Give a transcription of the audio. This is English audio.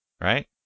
Right